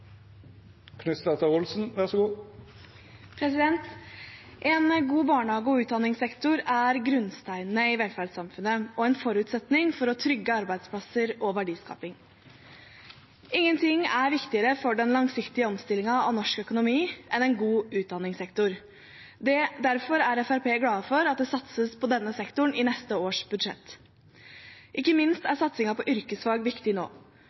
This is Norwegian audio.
i velferdssamfunnet og en forutsetning for å trygge arbeidsplasser og verdiskaping. Ingenting er viktigere for den langsiktige omstillingen av norsk økonomi enn en god utdanningssektor. Derfor er Fremskrittspartiet glad for at det satses på denne sektoren i neste års budsjett – ikke minst er satsingen på yrkesfag viktig nå.